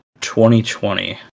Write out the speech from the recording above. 2020